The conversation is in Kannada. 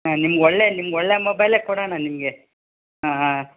ಹಾಂ ನಿಮ್ಗೆ ಒಳ್ಳೆ ನಿಮ್ಗೆ ಒಳ್ಳೆ ಮೊಬೈಲೇ ಕೊಡೋಣ ನಿಮಗೆ ಹಾಂ ಹಾಂ